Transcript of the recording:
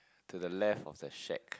to the left of the shack